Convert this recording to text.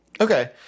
Okay